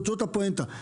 וזאת הפואנטה.